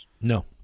No